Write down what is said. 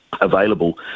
available